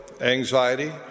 anxiety